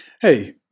Hey